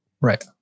Right